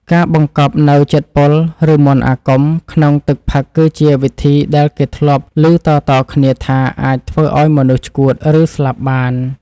ការបង្កប់នូវជាតិពុលឬមន្តអាគមក្នុងទឹកផឹកគឺជាវិធីដែលគេធ្លាប់ឮតៗគ្នាថាអាចធ្វើឱ្យមនុស្សឆ្កួត ឬស្លាប់បាន។